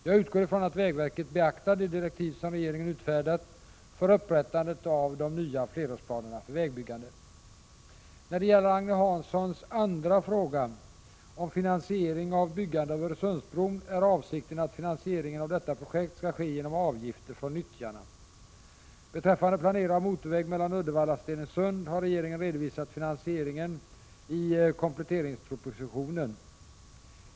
Jag utgår ifrån att vägverket beaktar de direktiv som regeringen utfärdat för upprättandet av de nya flerårsplanerna för vägbyggande. När det gäller Agne Hanssons andra fråga om finansiering av byggande av Öresundsbron är avsikten att finansieringen av detta projekt skall ske med avgifter från nyttjarna. Beträffande planerad motorväg mellan Uddevalla och Stenungsund har regeringen redovisat finansieringen i kompletteringspropositionen .